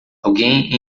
alguém